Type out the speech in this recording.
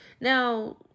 now